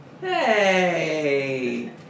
Hey